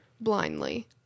blindly